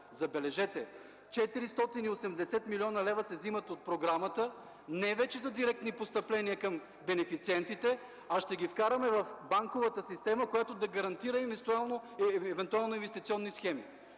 Забележете, 480 милиона лева се вземат от програмата не вече за директни постъпления към бенефициентите, а ще ги вкараме в банковата система, която да гарантира евентуално инвестиционни схеми.